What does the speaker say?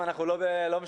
ואנחנו לא משודרים.